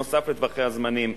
נוסף על טווחי הזמנים,